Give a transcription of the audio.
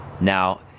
now